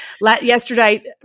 yesterday